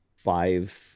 five